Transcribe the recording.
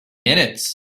minutes